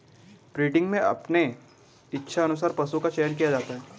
breeding में अपने इच्छा अनुसार पशु का चयन किया जा सकता है